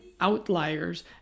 outliers